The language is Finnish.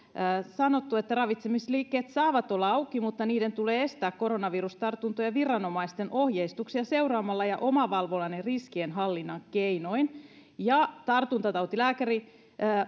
sanottu että ravitsemisliikkeet saavat olla auki mutta niiden tulee estää koronavirustartuntoja viranomaisten ohjeistuksia seuraamalla ja omavalvonnan ja riskienhallinnan keinoin ja että tartuntatautilääkäri